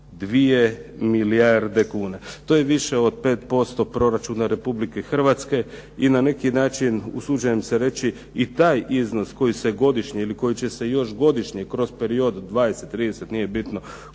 6,2 milijarde kuna. To je više od 5% proračuna Republike Hrvatske i na neki način usuđujem se reći i taj iznos koji se godišnje ili koji će se još godišnje kroz period 20, 30 nije bitno